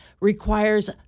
requires